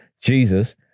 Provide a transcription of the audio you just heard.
Jesus